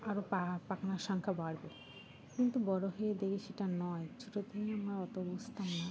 আরও পা পাকানার সংখ্যা বাড়বে কিন্তু বড়ো হয়ে দেখি সেটা নয় ছোটো থেকেই আমরা অত বস্তায় না